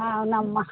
అవునమ్మా